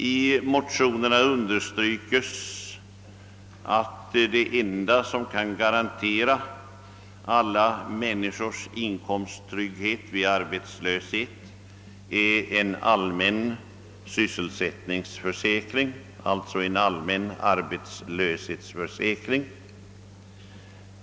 I motionerna understrykes att det enda som kan garantera alla människors inkomsttrygghet vid arbetslöshet är en allmän sysselsättningsförsäkring, dvs. en allmän arbetslöshetsförsäkring.